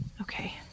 Okay